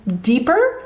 deeper